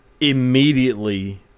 immediately